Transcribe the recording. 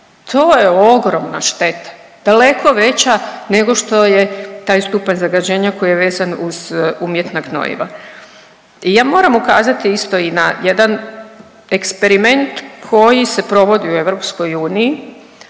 to je ogromna šteta, daleko veća nego što je taj stupanj zagađenja koji je vezan uz umjetna gnojiva. I ja moram ukazati isto i na jedan eksperiment koji se provodi u EU,